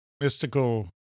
mystical